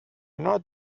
not